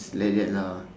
it's like that lah